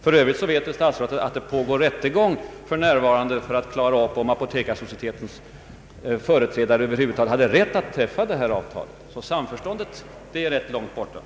För övrigt vet statsrådet att det pågår en rättegång för att klara ut om Apotekarsocietetens företrädare över huvud taget var behöriga att träffa avtalet med staten. Samförståndet är alltså rätt avlägset!